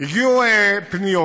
הגיעו פניות